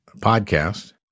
podcast